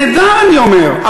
נהדר, אני אומר.